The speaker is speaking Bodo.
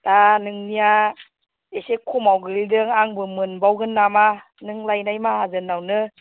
दा नोंनिया एसे खमआव गोग्लैदों आंबो मोनबावगोन नामा नों लायनाय माहाजोननावनो